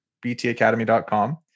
btacademy.com